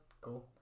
Cool